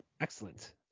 Excellent